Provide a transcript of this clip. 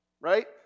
right